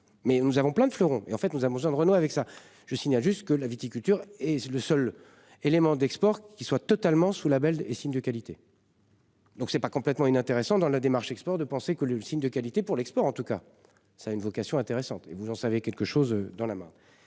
mais nous avons plein de fleurons et en fait, nous avons besoin de renouer avec ça je signale juste que la viticulture et c'est le seul élément d'export qui soit totalement sous la belle des signes de qualité. Donc c'est pas complètement inintéressant dans la démarche export de penser que l'usine de qualité pour l'export en tout cas ça a une vocation intéressante et vous en savez quelque chose dans la mort.